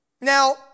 Now